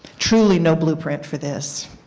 truly no blueprint for this.